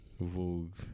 Vogue